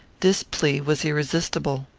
this plea was irresistible.